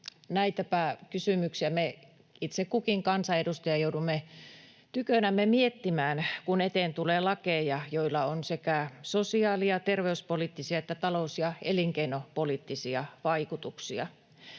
Näitäpä kysymyksiä me itse kukin kansanedustaja joudumme tykönämme miettimään, kun eteen tulee lakeja, joilla on sekä sosiaali- ja terveyspoliittisia että talous- ja elinkeinopoliittisia vaikutuksia.